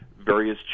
various